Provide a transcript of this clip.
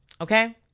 Okay